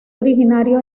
originario